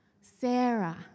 Sarah